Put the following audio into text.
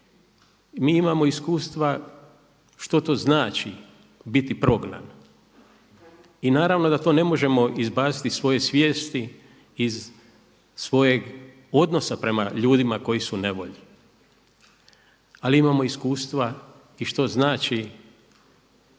mi imamo iskustva što to znači biti prognan i naravno da to ne možemo izbaciti iz svoje svijesti iz svojeg odnosa prema ljudima koji su u nevolji. Ali imamo iskustva i što znači